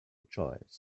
choice